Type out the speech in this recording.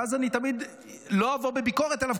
ואז אני תמיד לא אבוא בביקורת עליו,